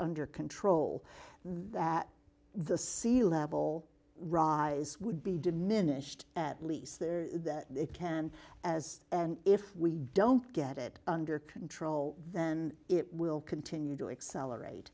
under control that the sea level rise would be diminished at least that it can as and if we don't get it under control then it will continue to accelerate